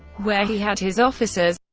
where he had his offices,